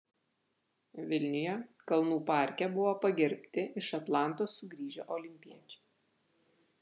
vilniuje kalnų parke buvo pagerbti iš atlantos sugrįžę olimpiečiai